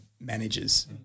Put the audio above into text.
managers